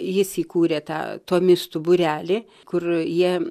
jis įkūrė tą tomistų būrelį kur jie